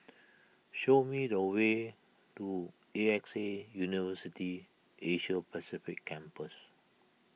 show me the way to A X A University Asia Pacific Campus